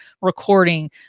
recording